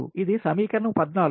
ఇది సమీకరణం 14